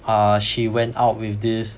ah she went out with this